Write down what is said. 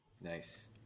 Nice